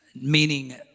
meaning